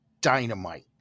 dynamite